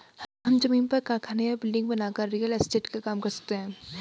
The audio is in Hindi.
हम जमीन पर कारखाना या बिल्डिंग बनाकर रियल एस्टेट का काम कर सकते है